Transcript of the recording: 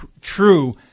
true